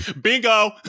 bingo